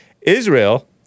Israel